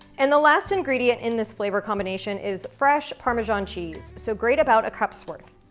and, the last ingredient in this flavor combination is fresh parmesan cheese, so grate about a cups worth.